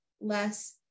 less